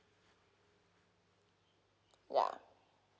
yeah